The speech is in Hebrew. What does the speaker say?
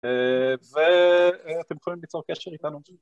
ואתם יכולים ליצור קשר איתנו